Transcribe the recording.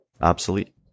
obsolete